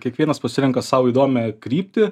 kiekvienas pasirenka sau įdomią kryptį